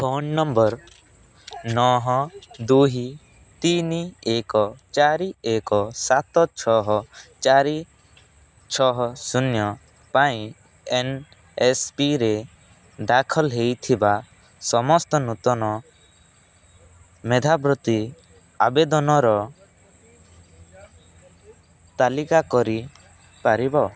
phone ନମ୍ବର ନଅ ଦୁଇ ତିନି ଏକ ଚାରି ଏକ ସାତ ଏକ ସାତ ଛଅ ଚାରି ଛଅ ଶୂନ ପାଇଁ ଏନ୍ଏସ୍ପିରେ ଦାଖଲ ହୋଇଥିବା ସମସ୍ତ ନୂତନ ମେଧାବୃତ୍ତି ଆବେଦନର ତାଲିକା କରିପାରିବ